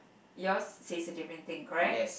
yours say a different thing correct